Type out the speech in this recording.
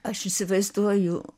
aš įsivaizduoju